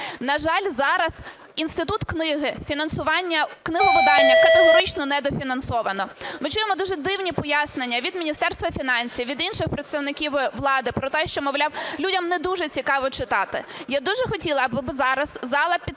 На жаль, зараз Інститут книги, фінансування книговидання категорично недофінансоване. Ми чуємо дуже дивні пояснення від Міністерства фінансів, від інших представників влади про те, що, мовляв, людям не дуже цікаво читати. Я дуже хотіла, аби зараз зала підтвердила,